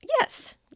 Yes